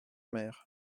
mer